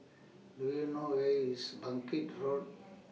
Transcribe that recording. Do YOU know Where IS Bangkit Road